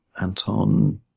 Anton